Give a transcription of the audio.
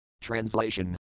Translation